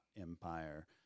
empire